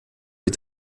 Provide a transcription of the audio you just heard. est